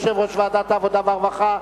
תודה רבה ליושב-ראש ועדת העבודה והרווחה.